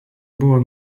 buvo